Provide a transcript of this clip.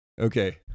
Okay